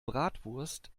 bratwurst